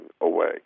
away